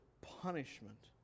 punishment